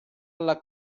alla